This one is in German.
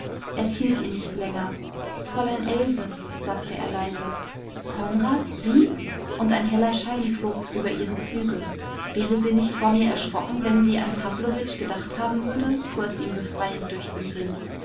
es hielt ihn nicht länger fräulein else sagte er leise konrad sie und ein heller schein flog über ihre züge wäre sie nicht vor mir erschrocken wenn sie an pawlowitsch gedacht haben würde fuhr es ihm befreiend durch den sinn